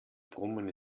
brummen